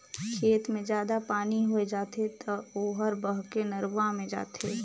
खेत मे जादा पानी होय जाथे त ओहर बहके नरूवा मे जाथे